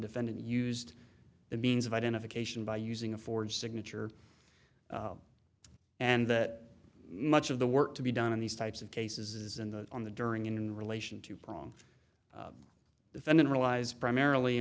defendant used the means of identification by using a forged signature and that much of the work to be done on these types of cases is in the on the during in relation to prong defendant relies primarily